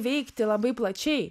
veikti labai plačiai